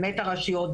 באמת הרשויות,